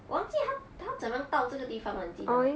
忘记他他怎样到这个地方的你记得吗